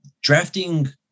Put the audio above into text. drafting